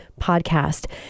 podcast